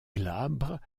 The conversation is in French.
glabres